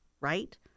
right